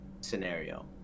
scenario